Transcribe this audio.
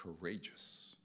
courageous